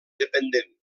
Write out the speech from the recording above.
dependent